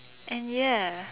and ya